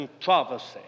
controversy